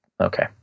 okay